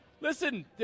listen